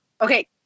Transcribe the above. Okay